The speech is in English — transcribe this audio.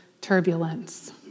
turbulence